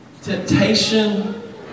Temptation